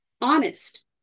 honest